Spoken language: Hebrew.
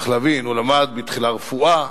צריך להבין שהוא למד תחילה רפואה,